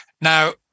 Now